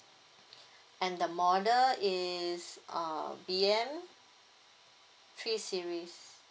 and the model is uh B_M three series